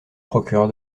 procureur